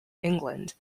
england